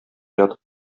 ятып